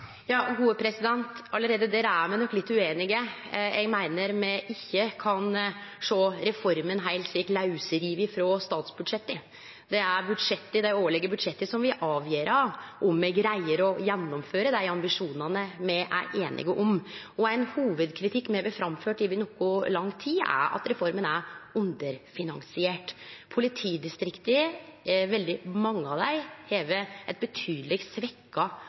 Allereie der er me nok litt ueinige. Eg meiner me ikkje kan sjå på reforma heilt lausriven frå statsbudsjetta. Det er det årlege budsjettet som vil avgjere om me greier å gjennomføre dei ambisjonane me er einige om. Ein hovudkritikk me har framført over nokså lang tid, er at reforma er underfinansiert. Veldig mange av politidistrikta har eit betydeleg